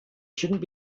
shouldn’t